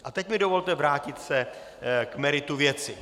A teď mi dovolte vrátit se k meritu věci.